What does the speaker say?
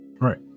Right